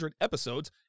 episodes